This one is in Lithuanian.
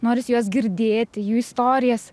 noris jos girdėti jų istorijas